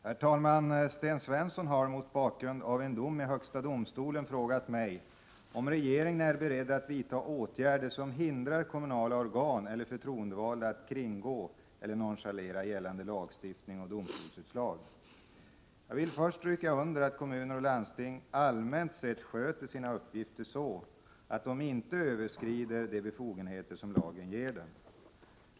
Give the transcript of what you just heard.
Herr talman! Sten Svensson har — mot bakgrund av en dom i högsta domstolen — frågat mig om regeringen är beredd att vidta åtgärder som hindrar kommunala organ eller förtroendevalda att kringgå eller nonchalera gällande lagstiftning och domstolsutslag. Jag vill först stryka under att kommuner och landsting allmänt sett sköter sina uppgifter så, att de inte överskrider de befogenheter som lagen ger dem.